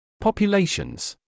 Populations